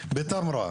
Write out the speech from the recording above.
בטמרה,